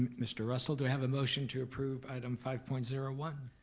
mr. russell, do i have a motion to approve item five point zero one?